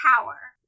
power